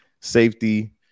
Safety